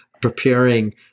preparing